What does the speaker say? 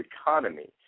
economy